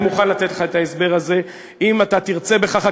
אני מוכן לתת לך את ההסבר הזה אם אתה תרצה בכך,